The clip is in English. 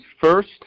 first